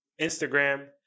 Instagram